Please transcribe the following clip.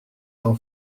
d’en